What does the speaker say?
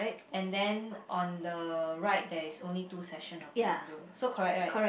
and then on the right there is only two section of the window so correct right